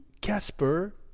Casper